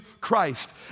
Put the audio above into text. Christ